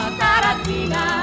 taratina